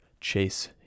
Chase